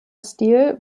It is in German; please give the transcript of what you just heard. stil